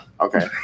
Okay